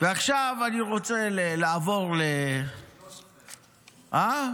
ועכשיו אני רוצה לעבור --- סעיף 13?